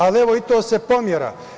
Ali, evo, i to se pomera.